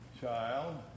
child